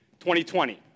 2020